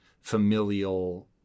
familial